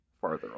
farther